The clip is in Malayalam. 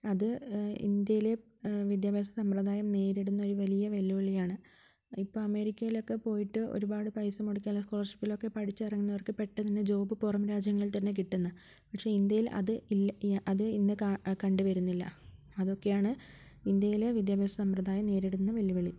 അത് ഇന്ത്യയിലെ വിദ്യാഭ്യാസ സമ്പ്രദായം നേരിടുന്ന ഒരു വലിയ വെല്ലുവിളിയാണ് ഇപ്പം അമേരിക്കയിലൊക്കെ പോയിട്ട് ഒരുപാട് പൈസ മുടക്കിയാൽ സ്കോളർഷിപ്പിലൊക്കെ പഠിച്ച് ഇറങ്ങുന്നവർക്ക് പെട്ടന്ന് തന്നെ ജോബ് പുറം രാജ്യങ്ങളിൽ തന്നെ കിട്ടുന്ന് പക്ഷേ ഇന്ത്യയിൽ അത് ഇല്ല അത് ഇന്ന് കണ്ട് വരുന്നില്ല അതൊക്കെയാണ് ഇന്ത്യയിൽ വിദ്യാഭ്യാസ സമ്പ്രദായം നേരിടുന്ന വെല്ലുവിളി